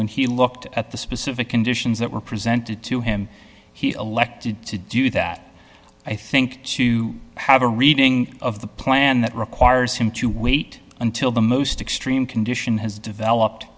when he looked at the specific conditions that were presented to him he elected to do that i think to have a reading of the plan that requires him to wait until the most extreme condition has developed